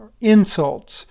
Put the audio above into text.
insults